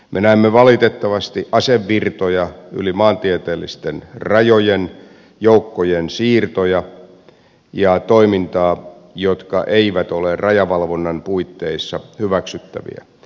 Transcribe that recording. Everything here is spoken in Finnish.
me näemme valitettavasti asevirtoja yli maantieteellisten rajojen joukkojen siirtoja ja toimintaa jotka eivät ole rajavalvonnan puitteissa hyväksyttäviä